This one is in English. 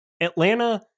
Atlanta